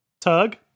tug